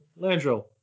Landro